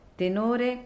tenore